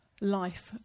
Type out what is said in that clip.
life